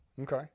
Okay